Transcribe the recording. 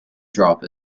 drop